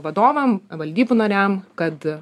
vadovam valdybų nariam kad